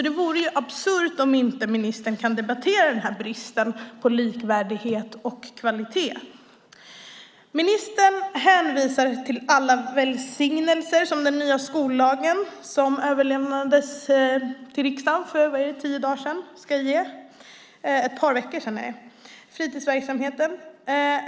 Det vore absurt om inte ministern kan debattera bristen på likvärdighet och kvalitet. Ministern hänvisar till alla välsignelser som det förslag till ny skollag som överlämnades till riksdagen för ett par veckor sedan ska ge fritidsverksamheten.